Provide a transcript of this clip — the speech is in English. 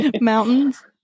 mountains